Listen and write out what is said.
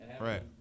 right